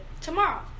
tomorrow